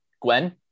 Gwen